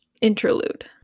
interlude